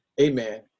amen